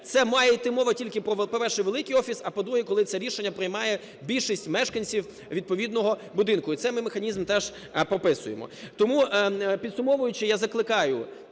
це має йти мова тільки про, по-перше, великий офіс, а, по-друге, коли це рішення приймає більшість мешканців відповідного будинку. І цей ми механізм теж прописуємо. Тому підсумовуючи, я закликаю